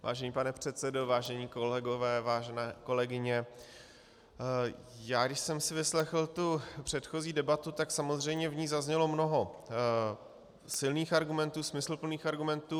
Vážený pane předsedo, vážení kolegové, vážené kolegyně, když jsem si vyslechl předchozí debatu, tak samozřejmě v ní zaznělo mnoho silných argumentů, smysluplných argumentů.